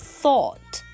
thought